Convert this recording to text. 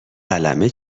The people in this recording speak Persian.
قلمه